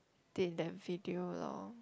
did that video lor